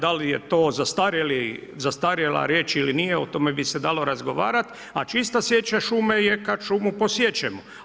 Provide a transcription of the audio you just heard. Da li je to zastarjela riječ ili nije, o tome bi se dalo razgovarati, a čista sječa šume je kad šumu posiječemo.